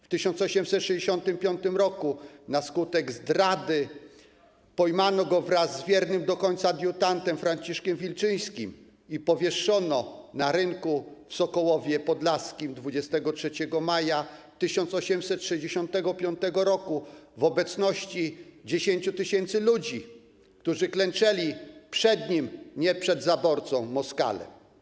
W 1865 r. na skutek zdrady pojmano go wraz z jego do końca wiernym adiutantem Franciszkiem Wilczyńskim i powieszono na rynku w Sokołowie Podlaskim 23 maja 1865 r. w obecności 10 tys. ludzi, którzy klęczeli przed nim, nie przed zaborcą, Moskalem.